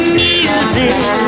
music